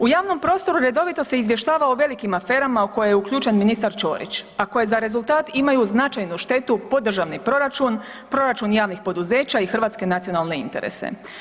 U javnom prostoru redovito se izvještava o velikim aferama u koje je uključen ministar Ćorić, a koje za rezultat imaju značajnu štetu po državni proračun, proračun javnih poduzeća i hrvatske nacionalne interese.